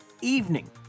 evening